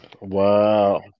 Wow